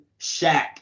Shaq